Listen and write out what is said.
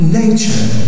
nature